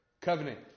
covenant